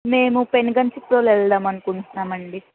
మేము పెనుగంచిప్రోలు వెళదామని అనుకుంటున్నాము అండి